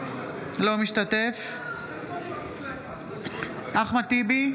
אינו משתתף בהצבעה אחמד טיבי,